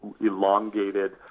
elongated